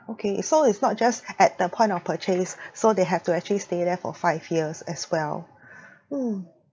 okay so it's not just at the point of purchase so they have to actually stay there for five years as well mm